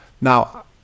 Now